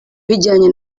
bijyanye